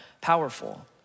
powerful